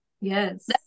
Yes